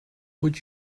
would